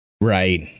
Right